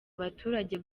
abaturage